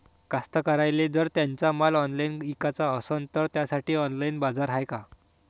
कास्तकाराइले जर त्यांचा माल ऑनलाइन इकाचा असन तर त्यासाठी ऑनलाइन बाजार हाय का?